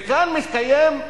וכאן מתקיימת האמירה,